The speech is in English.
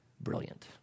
Brilliant